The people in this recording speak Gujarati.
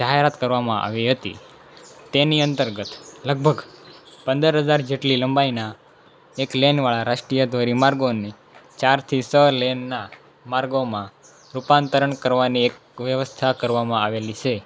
જાહેરાત કરવામાં આવી હતી તેની અંતર્ગત લગભગ પંદર હજાર જેટલી લંબાઈના એક લેનવાળા રાષ્ટ્રીય ધોરીમાર્ગોની ચાર થી છ લેનના માર્ગોમાં રૂપાંતરણ કરવાની એક વ્યવસ્થા કરવામાં આવેલી છે